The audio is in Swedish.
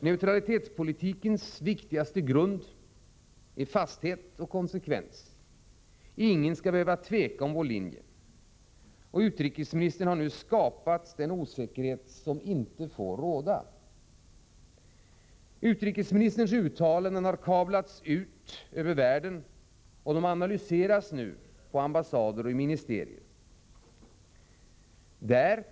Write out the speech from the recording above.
Neutralitetspolitikens viktigaste grund är fasthet och konsekvens. Ingen skall behöva tveka om vår linje. Utrikesministern har nu skapat en osäkerhet som inte får råda. Utrikesministerns uttalanden har kablats ut över världen och analyseras nu på ambassader och i ministerier.